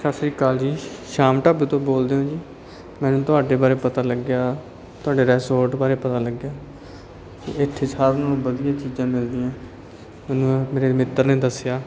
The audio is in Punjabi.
ਸਤਿ ਸ਼੍ਰੀ ਅਕਾਲ ਜੀ ਸ਼ਾਮ ਢਾਬੇ ਤੋਂ ਬੋਲਦੇ ਹੋ ਜੀ ਮੈਨੂੰ ਤੁਹਾਡੇ ਬਾਰੇ ਪਤਾ ਲੱਗਿਆ ਤੁਹਾਡੇ ਰੈਸਟੋਰੈਂਟ ਬਾਰੇ ਪਤਾ ਲੱਗਿਆ ਇੱਥੇ ਸਾਰਿਆਂ ਨਾਲੋਂ ਵਧੀਆ ਚੀਜ਼ਾਂ ਮਿਲਦੀਆਂ ਮੈਨੂੰ ਮੇਰੇ ਮਿੱਤਰ ਨੇ ਦੱਸਿਆ